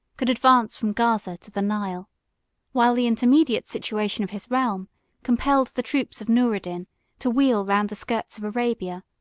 could advance from gaza to the nile while the intermediate situation of his realm compelled the troops of noureddin to wheel round the skirts of arabia,